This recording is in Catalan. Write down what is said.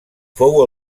fou